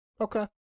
Okay